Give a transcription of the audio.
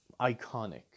iconic